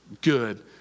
good